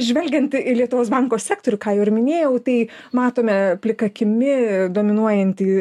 žvelgiant į lietuvos banko sektorių ką jau ir minėjau tai matome plika akimi dominuojanti